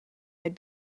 had